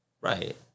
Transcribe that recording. Right